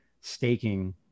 staking